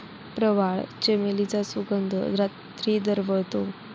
प्रवाळ, चमेलीचा सुगंध रात्री दरवळतो